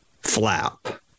flap